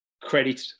credit